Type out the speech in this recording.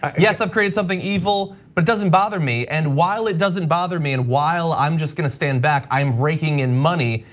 yes, i've created something evil but it doesn't bother me. and while it doesn't bother me and while i'm just gonna stand back, i'm raking in money.